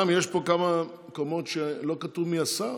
וגם יש פה כמה מקומות שלא כתוב מי השר,